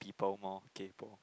people more kaypoh